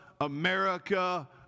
America